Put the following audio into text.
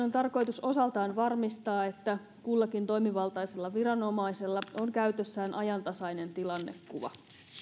on tarkoitus osaltaan varmistaa että kullakin toimivaltaisella viranomaisella on käytössään ajantasainen tilannekuva